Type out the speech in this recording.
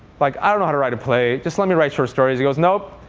like i don't know how to write a play. just let me write short stories. he goes nope.